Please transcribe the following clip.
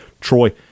Troy